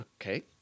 Okay